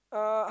uh